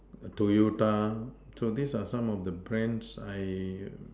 toyota so these are some of the Brands I